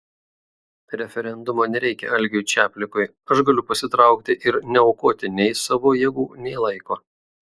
referendumo nereikia algiui čaplikui aš galiu pasitraukti ir neaukoti nei savo jėgų nei laiko